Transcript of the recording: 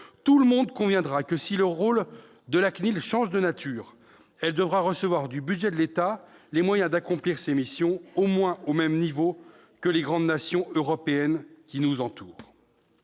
Tout le monde conviendra que, si le rôle de la CNIL change de nature, celle-ci devra recevoir du budget de l'État les moyens d'accomplir ses missions, au même niveau au moins que dans les grandes nations européennes qui nous entourent.